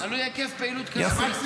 תלוי מי, תלוי בהיקף פעילות כספית.